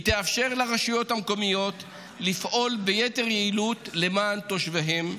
היא תאפשר לרשויות המקומיות לפעול ביתר יעילות למען תושביהן,